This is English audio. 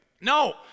No